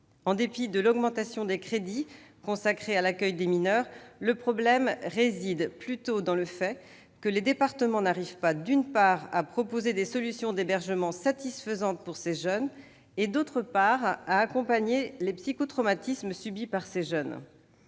En dépit de l'augmentation des crédits consacrés à l'accueil des mineurs, le problème réside plutôt dans le fait que les départements n'arrivent pas, d'une part, à proposer des solutions d'hébergement satisfaisantes pour ces jeunes et, d'autre part, à accompagner les psychotraumatismes subis par ces jeunes.